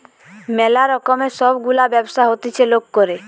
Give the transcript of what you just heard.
ম্যালা রকমের সব গুলা ব্যবসা হতিছে লোক করে